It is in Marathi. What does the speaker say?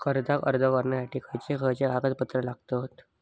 कर्जाक अर्ज करुच्यासाठी खयचे खयचे कागदपत्र लागतत